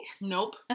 nope